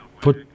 Put